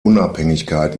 unabhängigkeit